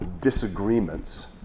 disagreements